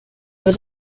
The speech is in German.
wird